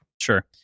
sure